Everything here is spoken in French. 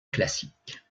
classique